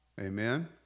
Amen